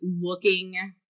looking